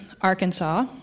Arkansas